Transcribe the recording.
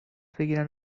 بگیرن